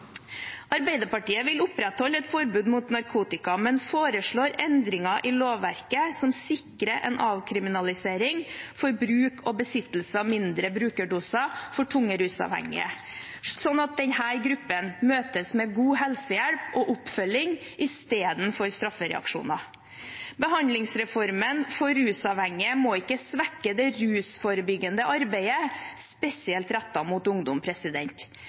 Arbeiderpartiet vil opprettholde et forbud mot narkotika, men foreslår endringer i lovverket som sikrer en avkriminalisering for bruk og besittelse av mindre brukerdoser for tungt rusavhengige, sånn at denne gruppen møtes med god helsehjelp og oppfølging istedenfor straffereaksjoner. Behandlingsreformen for rusavhengige må ikke svekke det rusforebyggende arbeidet spesielt rettet mot ungdom.